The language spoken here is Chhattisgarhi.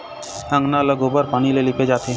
अंगना ल गोबर पानी ले लिपे जाथे